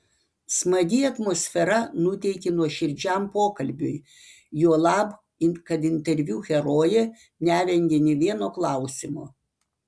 smagi atmosfera nuteikė nuoširdžiam pokalbiui juolab kad interviu herojė nevengė nė vieno klausimo